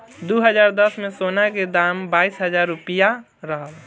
दू हज़ार दस में, सोना के दाम बाईस हजार रुपिया रहल